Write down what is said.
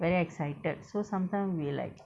very excited so sometimes we like